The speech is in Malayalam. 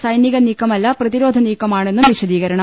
സൈനിക നീക്ക മല്ല പ്രതിരോധ നീക്കമാണെന്നും വിശദീകരണം